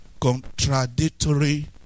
contradictory